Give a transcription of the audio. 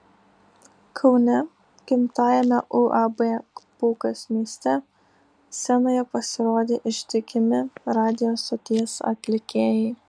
kaune gimtajame uab pūkas mieste scenoje pasirodė ištikimi radijo stoties atlikėjai